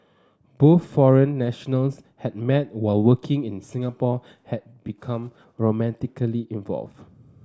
both foreign nationals had met while working in Singapore and become romantically involved